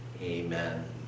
Amen